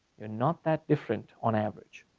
we're not that different on average.